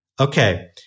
okay